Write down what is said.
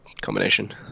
combination